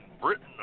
Britain